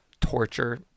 torture